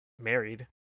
married